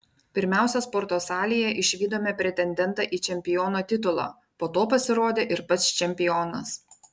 pirmiausia sporto salėje išvydome pretendentą į čempiono titulą po to pasirodė ir pats čempionas